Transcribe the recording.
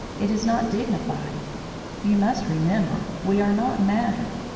it is not dignified you must remember we are not matter.